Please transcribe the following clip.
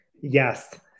Yes